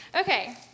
Okay